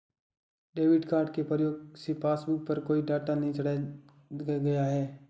debit card के प्रयोग से पासबुक पर कोई डाटा नहीं चढ़ाया गया है